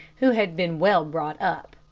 who had been well brought up.